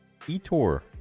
Etor